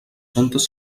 centes